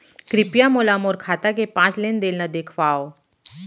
कृपया मोला मोर खाता के पाँच लेन देन ला देखवाव